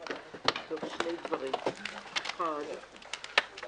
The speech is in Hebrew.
14:48.